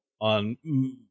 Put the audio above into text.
on